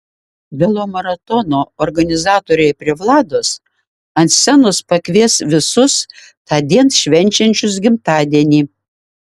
velomaratono organizatoriai prie vlados ant scenos pakvies visus tądien švenčiančius gimtadienį